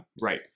Right